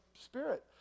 Spirit